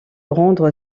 rendre